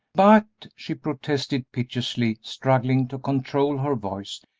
but, she protested, piteously, struggling to control her voice,